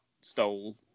stole